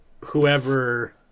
whoever